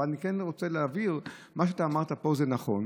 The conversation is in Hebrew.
אבל אני רוצה להבהיר: מה שאמרת פה נכון,